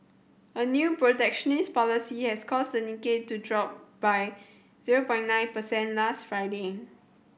a new protectionist policy has caused the Nikkei to drop by zero point nine percent last Friday